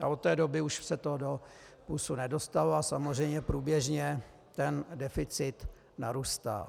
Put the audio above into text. A od té doby se to už do plusu nedostalo a samozřejmě průběžně ten deficit narůstá.